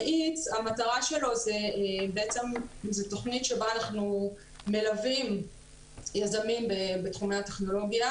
המאיץ זו תכנית שבה אנחנו מלווים יזמים בתחומי הטכנולוגיה